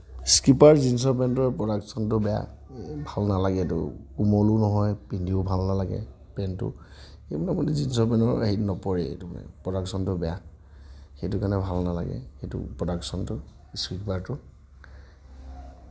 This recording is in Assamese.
স্কীপাৰ জীনছৰ পেণ্টৰ প্ৰডাকচনটো বেয়া ভাল নালাগে এইটো কোমলো নহয় পিন্ধিও ভাল নালাগে পেণ্টটো জীনছৰ পেণ্টৰ হেৰিত নপৰেই প্ৰডাকচনটো বেয়া সেইটো কাৰণে ভাল নালাগে সেইটো প্ৰডাকচনটো স্কীপাৰটো